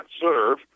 serve